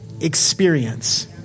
experience